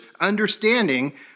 understanding